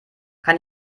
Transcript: kann